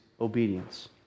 obedience